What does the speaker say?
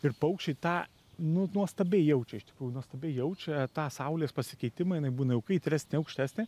ir paukščiai tą nu nuostabiai jaučia iš tikrųjų nuostabiai jaučia tą saulės pasikeitimą jinai būna jau kaitresnė aukštesnė